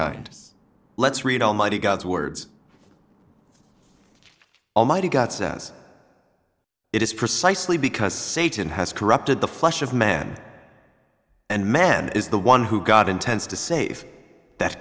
and let's read almighty god's words almighty god says it is precisely because satan has corrupted the flesh of man and man is the one who god intends to save that